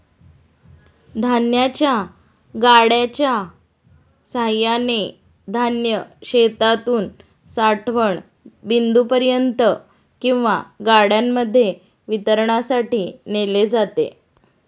धान्याच्या गाड्यांच्या सहाय्याने धान्य शेतातून साठवण बिंदूपर्यंत किंवा गाड्यांमध्ये वितरणासाठी नेले जाते